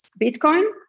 Bitcoin